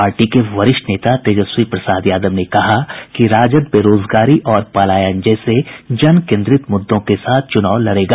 party के वरिष्ठ नेता तेजस्वी प्रसाद यादव ने कहा कि राजद बरोजगारी और पलायन जैसे जन केंद्रित मुद्दों के साथ चुनाव लड़ेगा